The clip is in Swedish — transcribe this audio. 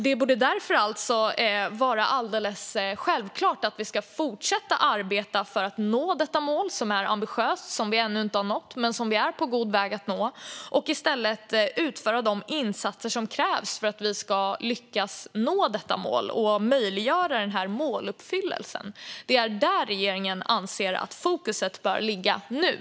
Det borde därför vara alldeles självklart att vi ska fortsätta arbeta för att nå detta ambitiösa mål, som vi ännu inte har nått men som vi är på god väg att nå, och utföra de insatser som krävs för att vi ska lyckas nå målet och möjliggöra måluppfyllelsen. Det är där regeringen anser att fokus bör ligga nu.